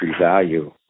value